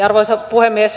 arvoisa puhemies